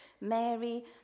Mary